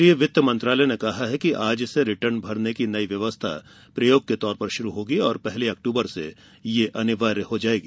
केंद्रीय वित्त मंत्रालय ने कहा है कि आज से रिटर्न भरने की नई व्यवस्था प्रयोग के तौर पर शुरू होगी और पहली अक्टूबर से यह अनिवार्य हो जाएगी